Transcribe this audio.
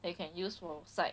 that you can use for site